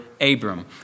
Abram